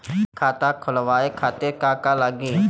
खाता खोलवाए खातिर का का लागी?